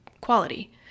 Quality